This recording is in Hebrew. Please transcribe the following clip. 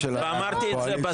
אבל נדמה לי אם אני זוכרת שהיו 30